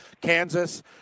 Kansas